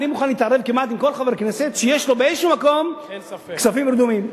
אני מוכן להתערב כמעט עם כל חבר כנסת שיש לו באיזה מקום כספים רדומים,